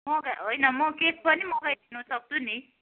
मगा होइन म केक पनि मगाइदिनु सक्छु नि